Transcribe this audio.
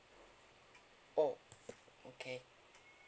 oh okay